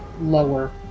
lower